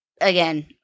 again